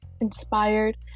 inspired